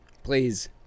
Please